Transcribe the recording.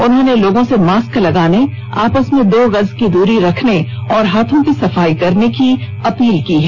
उन्होंने लोगों से मास्क लगाने आपस मे दो गज की द्री रखने और हाथों की सफाई करने की अपील की है